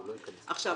עכשיו,